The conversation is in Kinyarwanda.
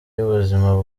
y’ubuzima